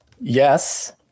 yes